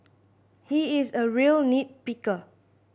he is a real nit picker